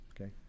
Okay